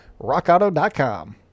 RockAuto.com